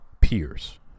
peers